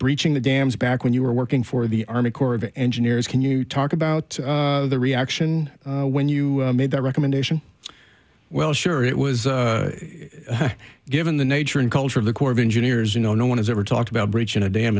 breaching the dams back when you were working for the army corps of engineers can you talk about the reaction when you made that recommendation well sure it was given the nature and culture of the corps of engineers you know no one has ever talked about bridge in a dam